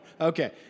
Okay